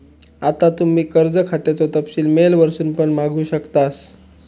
आता तुम्ही कर्ज खात्याचो तपशील मेल वरसून पण मागवू शकतास